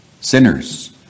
sinners